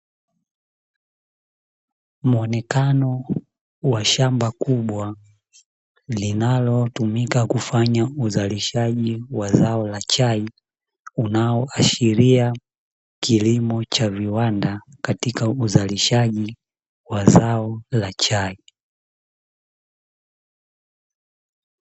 Muonekano wa shamba kubwa linalo tumika kufanya uzalishaji wa zao la chai, unaoashiria kilimo cha viwanda katika uzalishaji wa zao la chai.